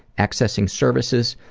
accessing services,